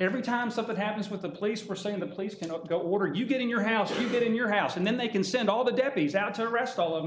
every time something happens with the police were saying the police kind of go what are you getting your house you get in your house and then they can send all the